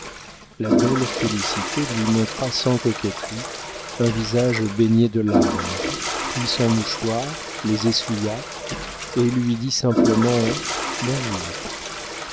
la belle félicité lui montra sans coquetterie un visage baigné de larmes prit son mouchoir les essuya et lui dit simplement bonjour